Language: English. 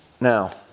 Now